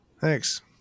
Thanks